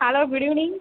hello good evening